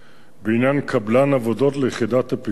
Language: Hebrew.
בעניין קבלן עבודות ליחידת הפיקוח